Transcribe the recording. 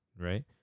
right